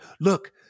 Look